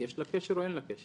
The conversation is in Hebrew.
יש לה קשר או אין לה קשר?